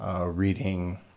Reading